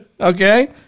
Okay